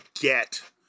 get